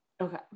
okay